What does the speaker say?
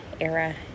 era